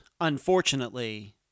unfortunately